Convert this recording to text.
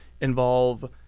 involve